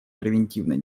превентивной